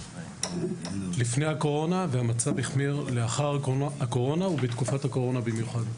לפני הקורונה והמצב החמיר לאחר הקורונה ובתקופת הקורונה במיוחד.